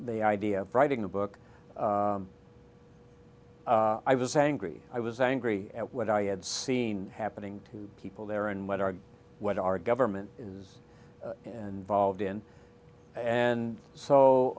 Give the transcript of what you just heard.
the idea of writing the book i was angry i was angry at what i had seen happening to people there and what are what our government is and volved in and so